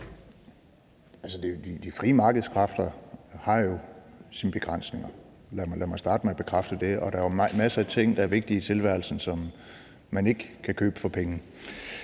de frie markedskræfter har jo deres begrænsninger. Lad mig starte med at bekræfte det. Der er jo masser af ting, der er vigtige i tilværelsen, som man ikke kan købe for penge.